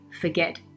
forget